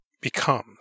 becomes